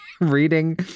reading